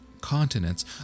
continents